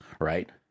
Right